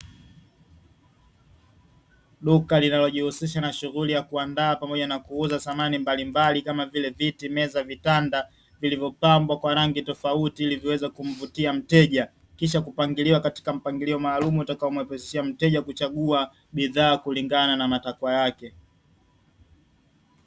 Duka linalojihusisha na shughuli ya kuandaa pamoja na kuuza samani mbalimbali kama vile viti, meza, vitanda, vilivyopambwa kwa rangi tofauti ili viweze kumvutia mteja, kisha kupangiliwa katika mpangilio maalumu utakaomuepushia mteja kuchagua bidhaa kulingana na matakwa yake.